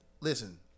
Listen